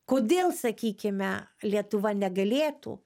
kodėl sakykime lietuva negalėtų